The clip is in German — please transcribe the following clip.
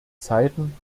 zeiten